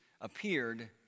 appeared